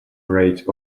rate